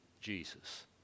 Jesus